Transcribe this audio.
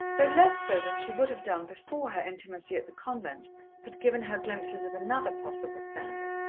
though less so than she would have done before her intimacy at the convent had given her glimpses of another possible standard.